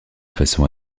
façon